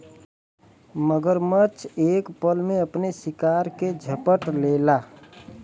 मगरमच्छ एक पल में अपने शिकार के झपट लेला